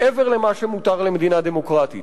מעבר למה שמותר למדינה דמוקרטית.